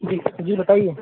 جی جی بتائیے